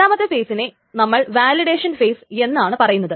രണ്ടാമത്തെ ഫെയിസിനെ നമ്മൾ വാലിഡേഷൻ ഫെയിസ് എന്നാണ് പറയുന്നത്